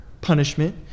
punishment